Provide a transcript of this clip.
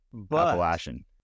Appalachian